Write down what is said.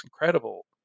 incredible